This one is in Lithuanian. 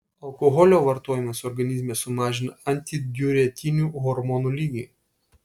alkoholio vartojimas organizme sumažina antidiuretinių hormonų lygį